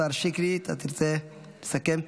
השר שיקלי, אתה תרצה לסכם?